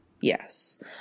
Yes